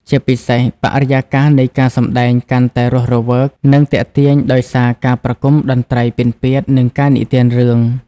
ជាពិសេស បរិយាកាសនៃការសម្តែងកាន់តែរស់រវើក និងទាក់ទាញដោយសារការប្រគំតន្ត្រីពិណពាទ្យ និងការនិទានរឿង។